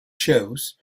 shows